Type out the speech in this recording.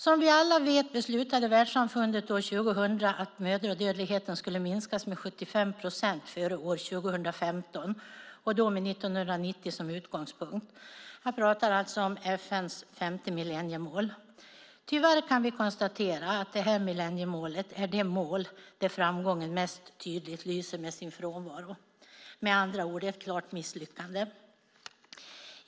Som vi alla vet beslutade världssamfundet år 2000 att mödradödligheten skulle minskas med 75 procent före år 2015, med 1990 års siffror som utgångspunkt. Jag pratar alltså om FN:s femte millenniemål. Tyvärr kan vi konstatera att detta millenniemål är det mål där framgången mest tydligt lyser med sin frånvaro. Det är med andra ord ett klart misslyckande.